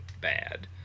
bad